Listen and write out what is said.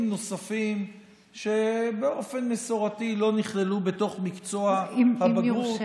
נוספים שבאופן מסורתי לא נכללו בתוך מקצוע עם בגרות.